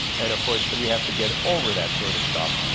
and of course that we have to get over that sort of stuff.